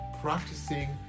practicing